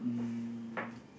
um